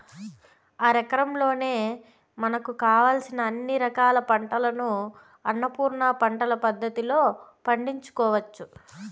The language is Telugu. అరెకరంలోనే మనకు కావలసిన అన్ని రకాల పంటలను అన్నపూర్ణ పంటల పద్ధతిలో పండించుకోవచ్చు